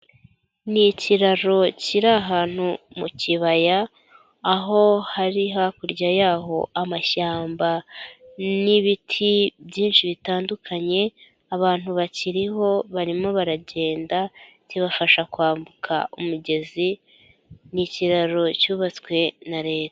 Ni ikiraro kiri ahantu mu kibaya, aho hari hakurya yaho amashyamba n'ibiti byinshi bitandukanye, abantu bakiriho barimo baragenda, kibafasha kwambuka umugezi ni ikiraro cyubatswe na leta.